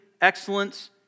excellence